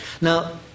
Now